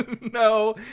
no